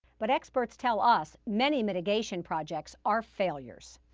but experts tell us many mitigation projects are failures.